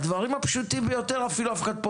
הדברים הפשוטים ביותר אפילו אף אחד פה